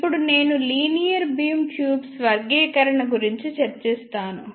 ఇప్పుడు నేను linear beam tubes వర్గీకరణ గురించి చర్చిస్తాను